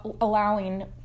allowing